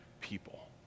people